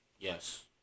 Yes